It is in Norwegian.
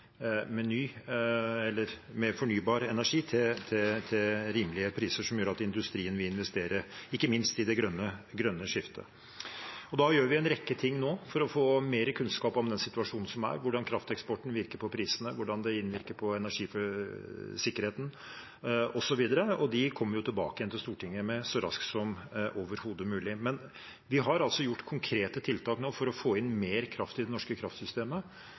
med ny eller mer fornybar energi til rimelige priser som gjør at industrien vil investere, ikke minst i det grønne skiftet. Da gjør vi en rekke ting nå for å få mer kunnskap om situasjonen, hvordan krafteksporten virker på prisene, hvordan den innvirker på energisikkerheten osv., og dette kommer vi tilbake til Stortinget med så raskt som overhodet mulig. Vi har altså gjort konkrete tiltak nå for å få inn mer kraft i det norske kraftsystemet,